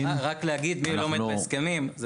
רק להגיד מי לא עומד בהסכמים.